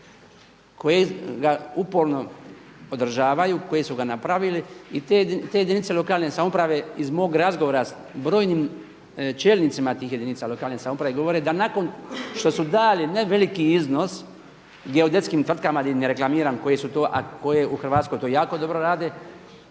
koje ga uporno održavaju, koje su ga napravili i te jedinice lokalne samouprave iz mog razgovora sa brojnim čelnicima tih jedinica lokalne samouprave govore da nakon što su dali ne veliki iznos geodetskim tvrtkama, ne reklamiram koje su to a koje u Hrvatskoj to jako dobro rade,